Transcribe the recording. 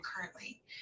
currently